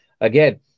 Again